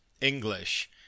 english